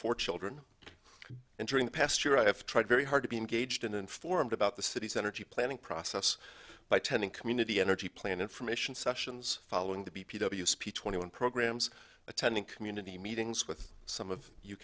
four children and during the past year i have tried very hard to be engaged and informed about the city's energy planning process by tending community energy plan information sessions following the b p w speech twenty one programs attending community meetings with some of you